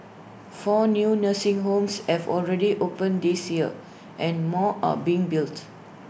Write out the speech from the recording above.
four new nursing homes have already opened this year and more are being built